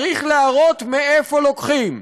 צריך להראות מאיפה לוקחים: